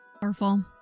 Powerful